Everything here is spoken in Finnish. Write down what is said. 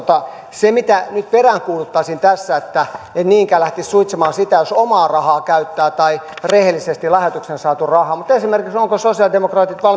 se mitä nyt peräänkuuluttaisin tässä en niinkään lähtisi suitsimaan sitä jos omaa rahaa käyttää tai rehellisesti lahjoituksena saatu rahaa on esimerkiksi se ovatko sosialidemokraatit valmiita